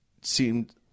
seemed